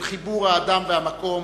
של חיבור האדם והמקום,